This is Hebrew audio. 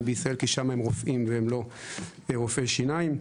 בישראל כי שם הם רופאים והם לא רופאי שיניים.